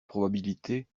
probabilité